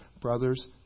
Brothers